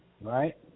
Right